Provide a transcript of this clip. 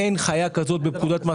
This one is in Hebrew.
אין חיה כזו בפקודת מס